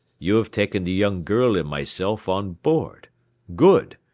you have taken the young girl and myself on board good!